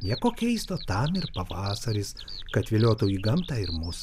nieko keisto tam ir pavasaris kad viliotų į gamtą ir mus